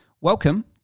Welcome